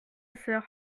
sœur